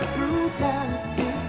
Brutality